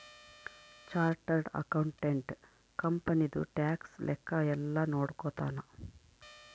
chartered accountant ಕಂಪನಿದು tax ಲೆಕ್ಕ ಯೆಲ್ಲ ನೋಡ್ಕೊತಾನ